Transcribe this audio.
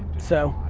so,